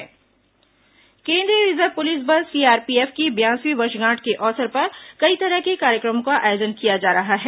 police band केंद्रीय reserve police बल CRPF की बयासवीं वर्षगांठ के अवसर पर कई तरह के कार्यक्रमों का आयोजन किया जा रहा है